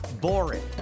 boring